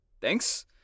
thanks